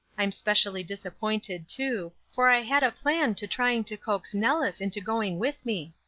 i'm specially disappointed, too, for i had a plan to trying to coax nellis into going with me,